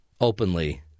openly